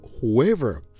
whoever